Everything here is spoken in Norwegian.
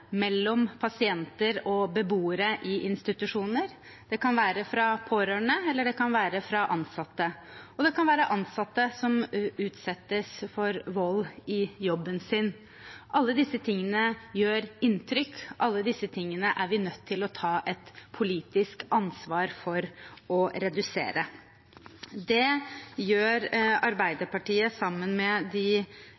pasienter og beboere i institusjoner. Det kan være fra pårørende, eller det kan være fra ansatte. Og det kan være ansatte som utsettes for vold i jobben sin. Alt dette gjør inntrykk. Alt dette er vi nødt til å ta et politisk ansvar for å redusere. Det gjør